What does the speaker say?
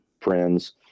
friends